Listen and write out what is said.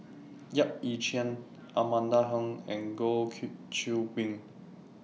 Yap Ee Chian Amanda Heng and Goh Qiu Bin